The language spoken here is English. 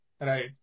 right